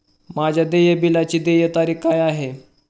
माझ्या देय बिलाची देय तारीख काय आहे?